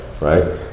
right